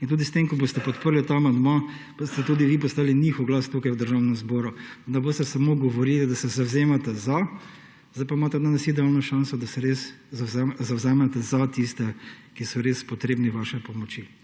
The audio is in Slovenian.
in s tem, ko boste podprli ta amandma, boste tudi vi postali njihov glas tukaj v Državnem zboru. Da ne boste samo govorili, da se zavzemate za, imate danes idealno šanso, da se res zavzamete za tiste, ki so res potrebni vaše pomoči.